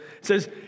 says